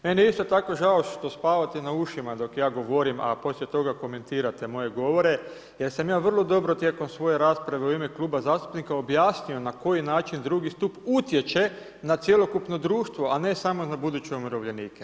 Meni je isto tako žao što spavate na ušima dok ja govorim, a poslije toga, komentirate moje govore, da sam ja vrlo dobro tijekom svoje rasprave u ime kluba zastupnika objasnio na koji način drugi stup utječe na cjelokupno društvo, a ne samo na buduće umirovljenike.